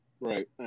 Right